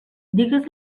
digues